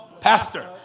Pastor